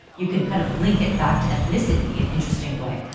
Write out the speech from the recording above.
you can kind of link it back to ethnicity in interesting way.